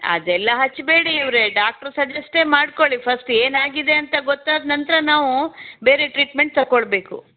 ಅದೆಲ್ಲ ಹಚ್ಚಬೇಡಿ ಇವರೆ ಡಾಕ್ಟ್ರು ಸಜೆಸ್ಟೇ ಮಾಡ್ಕೊಳ್ಳಿ ಫಸ್ಟ್ ಏನಾಗಿದೆ ಅಂತ ಗೊತ್ತಾದ ನಂತರ ನಾವು ಬೇರೆ ಟ್ರೀಟ್ಮೆಂಟ್ ತಕೊಳ್ಬೇಕು